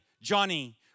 Johnny